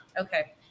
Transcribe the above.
Okay